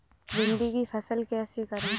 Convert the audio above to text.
भिंडी की फसल कैसे करें?